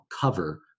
cover